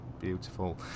beautiful